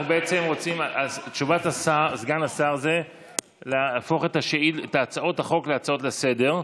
תשובת סגן השר זה להפוך את הצעות החוק להצעות לסדר-היום.